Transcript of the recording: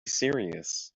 serious